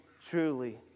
truly